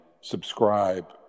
subscribe